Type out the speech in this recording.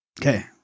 Okay